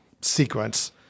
sequence